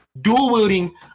dual-wielding